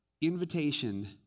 invitation